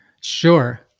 Sure